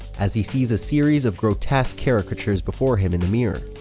as he sees a series of grotesque caricatures before him in the mirror,